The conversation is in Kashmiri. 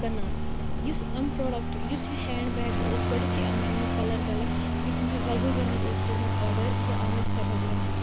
کٕنان یُس یِم پرٛوڈَکٹہٕ یُس یہِ ہینٛڈ بیگ اوس گۄڈٮ۪تھٕے آو مےٚ امیُک کَلَر غلط یُس مےٚ وۄزُل رنٛگ اوس کوٚرمُت آرڈَر یہِ آو مےٚ سبٕز رنٛگ